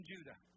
Judah